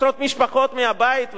עשרות משפחות מהבית,